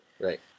Right